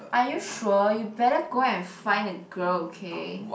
are you sure you better go and find a girl okay